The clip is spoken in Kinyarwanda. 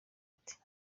ati